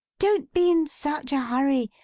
don't be in such a hurry!